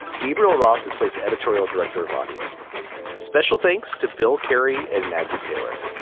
gabriel roth is slate's editorial director of audio special. thanks to bill carey and maggie taylor.